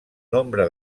nombre